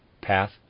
path